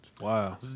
Wow